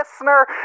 listener